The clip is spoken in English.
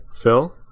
Phil